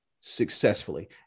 successfully